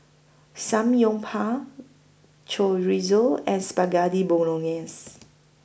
Samgyeopsal Chorizo and Spaghetti Bolognese